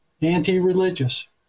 anti-religious